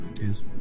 Yes